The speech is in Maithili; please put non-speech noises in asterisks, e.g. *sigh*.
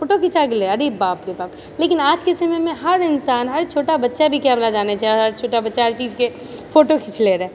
फोटो घिचाए गेलै अरे बाप रे बाप लेकिन आजके समयमे हर इनसान हर छोटा बच्चा भी कैमरा जानै छै *unintelligible* छोटा बच्चा हर चीजके फोटो खीँच लै रहै